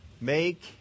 make